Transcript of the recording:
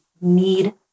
need